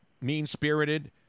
mean-spirited